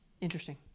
Interesting